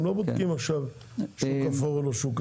הם לא בודקים שוק אפור או לא שוק אפור.